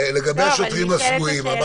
לגבי השוטרים הסמויים.